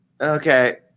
Okay